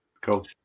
Cool